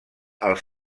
els